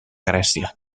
grècia